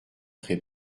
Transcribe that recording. très